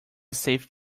safe